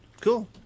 Cool